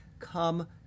come